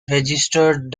registered